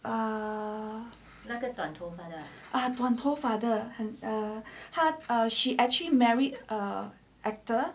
err had she actually married an actor